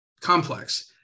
complex